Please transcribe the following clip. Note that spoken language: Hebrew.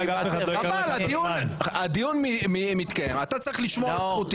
חבל, הדיון מתקיים, אתה צריך לשמור על זכותי.